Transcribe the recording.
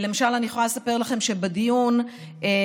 למשל אני יכולה לספר לכם שבדיון הצהיר